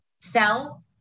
sell